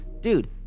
Dude